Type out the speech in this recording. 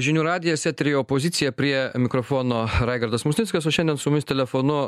žinių radijas eteryje opozicija prie mikrofono raigardas musnickas o šiandien su mumis telefonu